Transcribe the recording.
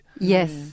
Yes